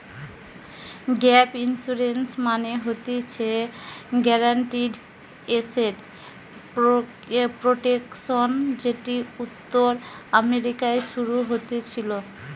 gap insurance মানে হতিছে guaranteed asset protection যেটি উত্তর আমেরিকায় শুরু হতেছিলো